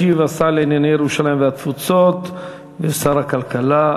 ישיב השר לענייני ירושלים והתפוצות ושר הכלכלה,